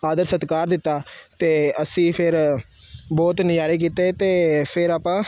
ਆਦਰ ਸਤਿਕਾਰ ਦਿੱਤਾ ਅਤੇ ਅਸੀਂ ਫਿਰ ਬਹੁਤ ਨਜ਼ਾਰੇ ਕੀਤੇ ਅਤੇ ਫਿਰ ਆਪਾਂ